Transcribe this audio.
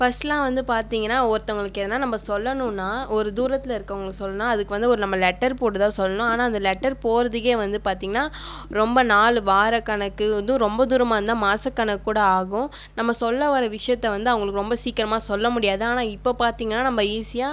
ஃபஸ்ட்லாம் வந்து பார்த்தீங்கன்னா ஒருத்தவங்களுக்கு எதனால் நம்ம சொல்லணுன்னா ஒரு தூரத்தில் இருக்கறவங்களுக்கு சொல்லணுன்னா அதுக்கு வந்து ஒரு நம்ம லெட்டர் போட்டு தான் சொல்லணும் ஆனால் அந்த லெட்டர் போடுகிறதுக்கே வந்து பார்த்தீங்கன்னா ரொம்ப நாள் வார கணக்கு வந்து ரொம்ப தூரமாக இருந்தால் மாச கணக்குகூட ஆகும் நம்ம சொல்ல வர விஷயத்த வந்து அவங்களுக்கு ரொம்ப சீக்கரமாக செல்ல முடியாது ஆனால் இப்போ பார்த்தீங்கன்னா நம்ம ஈஸியாக